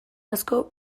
asko